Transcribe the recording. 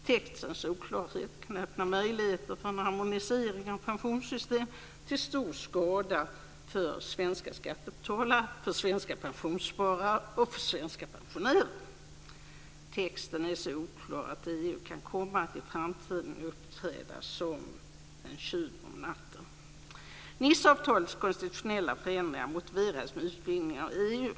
Textens oklarheter kan öppna möjligheter för en harmonisering av pensionssystemen till stor skada för svenska skattebetalare, svenska pensionssparare och svenska pensionärer. Texten är så oklar att EU kan komma att i framtiden uppträda som "en tjuv om natten". Niceavtalets konstitutionella förändringar motiverades med utvidgningen av EU.